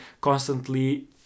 constantly